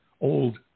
old